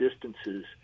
distances